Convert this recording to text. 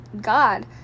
god